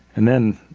and then,